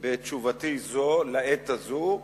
בתשובתי זו לעת הזאת,